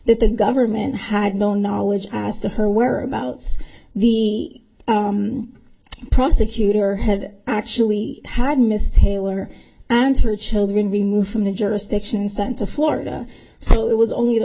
that the government had no knowledge as to her whereabouts the prosecutor had actually had missed taylor and her children removed from the jurisdiction sent to florida so it was only the